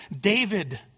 David